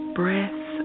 breath